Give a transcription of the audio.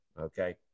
Okay